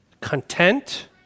content